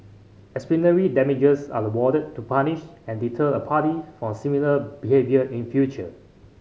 exemplary damages are awarded to punish and deter a party for similar behaviour in future